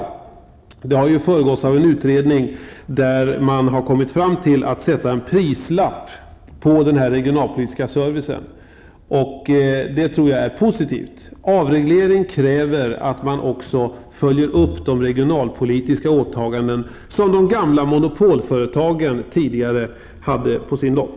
I den gjorda utredningen har man kommit fram till att sätta en prislapp på den regionalpolitiska servicen, och jag tror att det är positivt. En avreglering kräver att man också följer upp de regionalpolitiska åtaganden som de gamla monopolföretagen tidigare hade på sin lott.